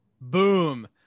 Boom